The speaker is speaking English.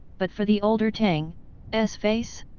but for the older tang s face?